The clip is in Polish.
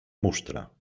musztra